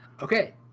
Okay